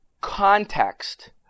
context